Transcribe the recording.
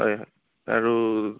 হয় হয় আৰু